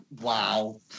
wow